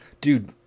Dude